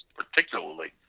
particularly